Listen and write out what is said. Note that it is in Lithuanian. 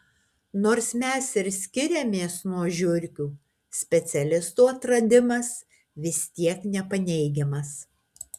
nors mes ir skiriamės nuo žiurkių specialistų atradimas vis tiek nepaneigiamas